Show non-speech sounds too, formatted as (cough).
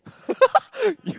(laughs) you